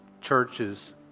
churches